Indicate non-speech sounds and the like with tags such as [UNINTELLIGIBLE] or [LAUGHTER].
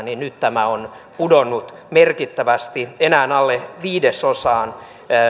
[UNINTELLIGIBLE] niin nyt tämä on pudonnut merkittävästi enää alle viidesosaan